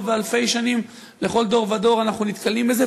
ואלפי שנים בכל דור ודור אנחנו נתקלים בזה,